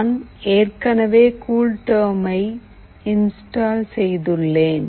நான் ஏற்கனவே கூல்டெர்மை இன்ஸ்டால் செய்துள்ளேன்